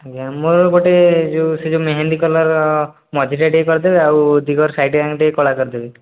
ଆଜ୍ଞା ମୋର ଗୋଟେ ଯେଉଁ ସେ ଯେଉଁ ମେହେନ୍ଦି କଲର ମଝିରେ ଟିକେ କରିଦେବେ ଆଉ ଦୁଇ କଡ଼ ସାଇଡ଼ରେ ଏମିତି ଟିକେ କଳା କରିଦେବେ